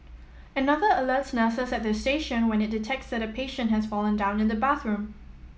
another alerts nurses at their station when it detects that a patient has fallen down in the bathroom